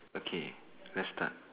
okay let's start